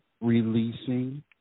releasing